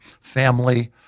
family